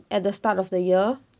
at the start of the year